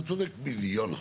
אתה צודק מיליון אחוז.